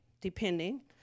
Depending